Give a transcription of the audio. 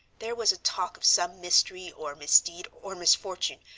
there was a talk of some mystery, or misdeed, or misfortune,